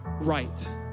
right